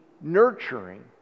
nurturing